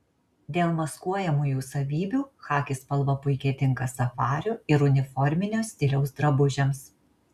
dėl maskuojamųjų savybių chaki spalva puikiai tinka safario ir uniforminio stiliaus drabužiams